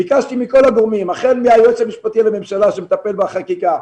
ביקשתי מכל הגורמים - החל מהיועץ המשפטי לממשלה שמטפל בחקיקה,